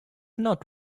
not